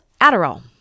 adderall